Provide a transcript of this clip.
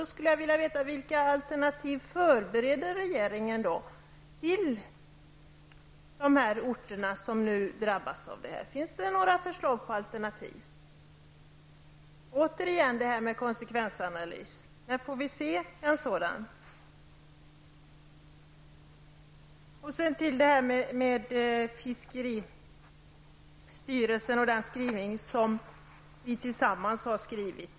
Då skulle jag vilja veta vilka alternativ regeringen förbereder för dessa orter som nu drabbas. Finns det några förslag till alternativ? När får vi se en konsekvensanalys? Vi står tillsammans bakom skrivningen om fiskeristyrelsen.